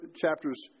chapters